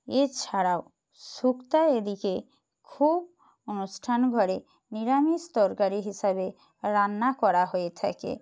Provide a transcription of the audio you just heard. এছাড়াও শুক্তো এদিকে খুব অনুষ্ঠান ঘরে নিরামিষ তরকারি হিসাবে রান্না করা হয়ে থাকে